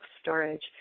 storage